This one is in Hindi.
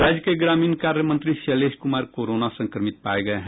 राज्य के ग्रामीण कार्य मंत्री शैलेश कुमार कोरोना संक्रमित पाये गये हैं